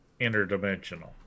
interdimensional